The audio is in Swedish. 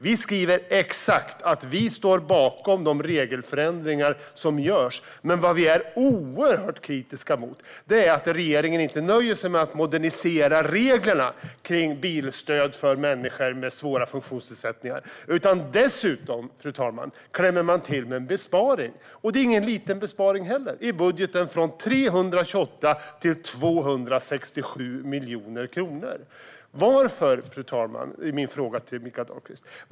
Vi skriver exakt att vi står bakom regelförändringarna, men vi är oerhört kritiska mot att regeringen inte nöjer sig med att modernisera reglerna för bilstöd för människor med svåra funktionsnedsättningar utan dessutom klämmer till med en besparing. Det är ingen liten besparing i budgeten från 328 till 267 miljoner kronor. Fru talman!